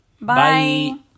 Bye